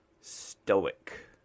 Stoic